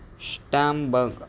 స్టాంబెల్